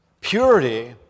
Purity